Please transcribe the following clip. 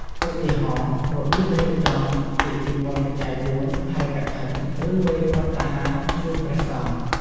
ឧទាហរណ៍ របៀបរៀបចំពិធីបុណ្យបច្ច័យបួន ហែរកឋិន ឬវេរភត្តាហារជូនព្រះសង្ឈ។